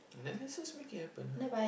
then let's just make it happen lah